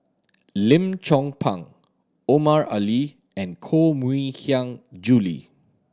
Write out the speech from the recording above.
Lim Chong Pang Omar Ali and Koh Mui Hiang Julie